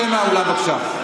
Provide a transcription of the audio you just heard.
צא מהאולם, בבקשה.